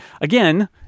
Again